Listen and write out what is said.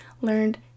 learned